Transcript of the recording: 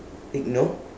ignore